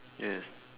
yes